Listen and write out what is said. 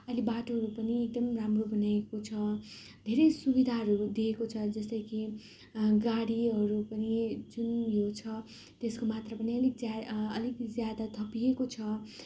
अहिले बाटोहरू पनि एकदम राम्रो बनाएको छ धेरै सुविधाहरू दिएको छ जस्तै कि गाडीहरू पनि जुन यो छ त्यसको मात्रा पनि अलिक ज्या अलिक ज्यादा थपिएको छ